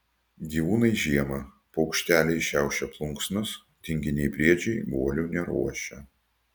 gyvūnai žiemą paukšteliai šiaušia plunksnas tinginiai briedžiai guolių neruošia